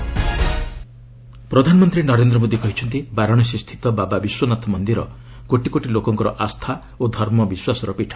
PM Uttar Pradesh ପ୍ରଧାନମନ୍ତ୍ରୀ ନରେନ୍ଦ୍ର ମୋଦି କହିଛନ୍ତି ବାରାଣସୀସ୍ଥିତ ବାବା ବିଶ୍ୱନାଥ ମନ୍ଦିର କୋଟିକୋଟି ଲୋକଙ୍କର ଆସ୍ଥା ଓ ଧର୍ମ ବିଶ୍ୱାସର ପୀଠ